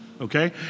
okay